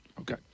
Okay